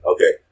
Okay